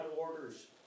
orders